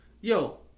yo